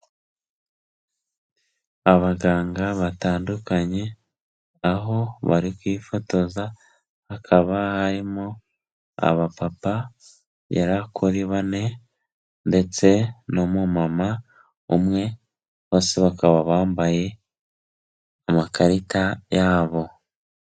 Abaganga batandukanye aho bari kwifotoza, hakaba harimo abapapa bagera kuri bane ndetse n'umumama umwe, bose bakaba bambaye amakarita yabo.